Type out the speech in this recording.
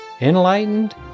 enlightened